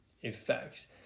effects